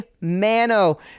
Mano